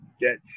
get